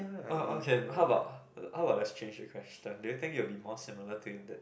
oh okay how about how about let's change the question do you think you will be more similar to the